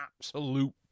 absolute